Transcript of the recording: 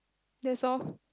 that's all